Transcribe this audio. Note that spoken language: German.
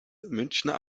münchner